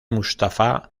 mustafa